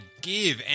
give